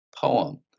poem